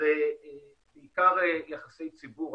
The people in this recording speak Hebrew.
שזה בעיקר יחסי ציבור.